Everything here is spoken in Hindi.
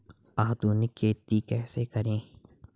आधुनिक खेती कैसे करें?